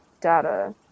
data